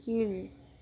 கீழ்